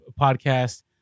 podcast